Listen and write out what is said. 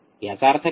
याचा अर्थ काय